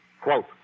Quote